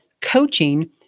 coaching